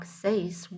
says